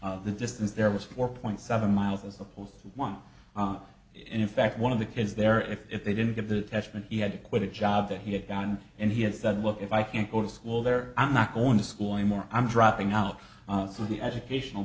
m the distance there was four point seven miles as opposed to one in fact one of the kids there if they didn't give the testament he had to quit a job that he had gotten and he has that look if i can't go to school there i'm not going to school anymore i'm dropping out of the educational